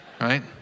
right